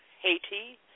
Haiti